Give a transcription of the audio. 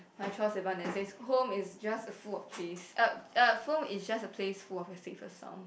by Troye-Sivan that says home is just full of place uh uh home is a just place full of your safest sounds